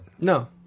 No